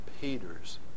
Peter's